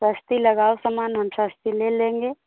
सस्ता लगाओ सामान हम सस्ता ले लेंगे